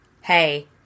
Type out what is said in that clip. hey